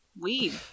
weed